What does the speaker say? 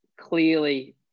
clearly